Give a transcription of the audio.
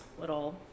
little